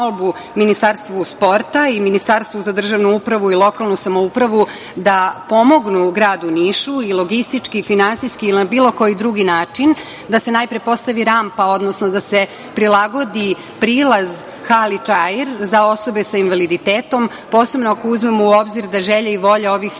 Ministarstvu sporta i Ministarstvu za državnu upravu i lokalnu samoupravu da pomognu gradu Nišu, i logistički i finansijski i na bilo koji drugi način, da se najpre postavi rampa, odnosno da se prilagodi prilaz hali „Čair“ za osobe sa invaliditetom, posebno ako uzmemo u obzir da želja i volja ovih ljudi